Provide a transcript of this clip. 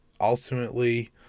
Ultimately